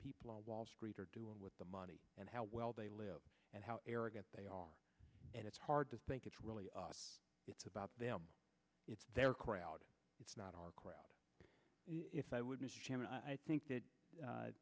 people on wall street are doing with the money and how well they live and how arrogant they are and it's hard to think it's really it's about them it's their crowd it's not our crowd if i would mr chairman i think that